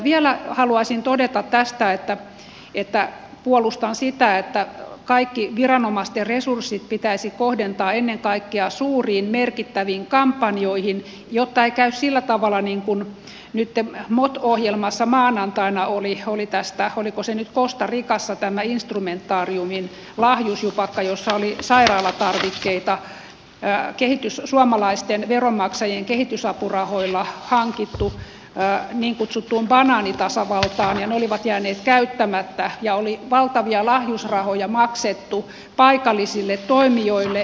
vielä haluaisin todeta tästä että puolustan sitä että kaikki viranomaisten resurssit pitäisi kohdentaa ennen kaikkea suuriin merkittäviin kampanjoihin jotta ei käy sillä tavalla niin kuin nyt mot ohjelmassa maanantaina oli tästä oliko se nyt costa ricassa tämä instrumentariumin lahjusjupakka jossa oli sairaalatarvikkeita suomalaisten veronmaksajien kehitysapurahoilla hankittu niin kutsuttuun banaanitasavaltaan ja ne olivat jääneet käyttämättä ja oli valtavia lahjusrahoja maksettu paikallisille toimijoille